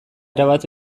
erabat